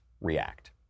react